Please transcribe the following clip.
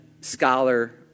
scholar